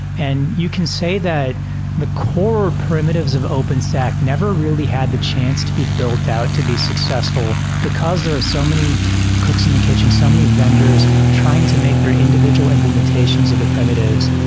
and you can say that the core primitives of openstack never really had the chance to be built out to be successful, because there are so many cooks in the kitchen, so many vendors trying to make their individual imp lementations of the primitives.